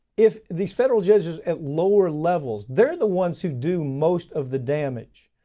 if these federal judges at lower levels. they're the ones who do most of the damage.